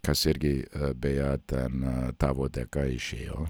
kas irgi beje ten tavo dėka išėjo